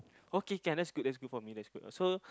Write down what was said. okay can that's good that's good for me that's good so